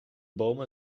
bomen